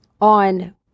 on